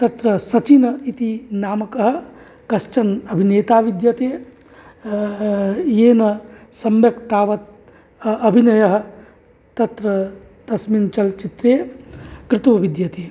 तत्र सचिनः इति नामकः कश्चन अभिनेता विद्यते येन सम्यक् तावत् अभिनयः तत्र तस्मिन् चलच्चित्रे कृतो विद्यते